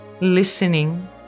listening